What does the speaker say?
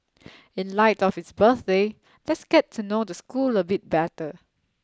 in light of its birthday let's get to know the school a bit better